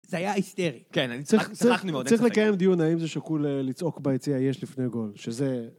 זה היה היסטרי. כן, צריך לקיים דיון האם זה שקול לצעוק ביציע יש לפני גול, שזה...